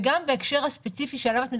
וגם בהקשר הספציפי שעליו את מדברת,